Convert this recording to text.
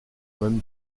même